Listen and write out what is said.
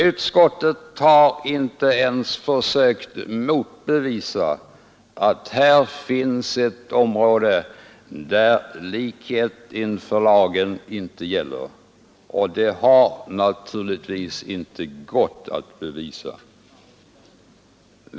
Utskottet har inte ens försökt motbevisa att här finns ett område där likhet inför lagen inte gäller, och det har naturligtvis inte gått att motbevisa.